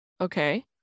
Okay